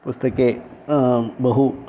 पुस्तके बहु